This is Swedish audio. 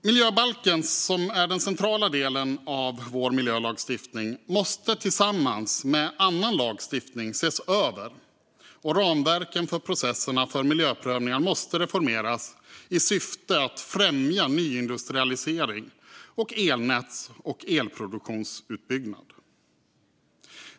Miljöbalken, som är den centrala delen av vår miljölagstiftning, måste tillsammans med annan lagstiftning ses över, och ramverken för processerna för miljöprövningar måste reformeras i syfte att främja nyindustrialisering och elnäts och elproduktionsutbyggnad.